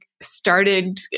started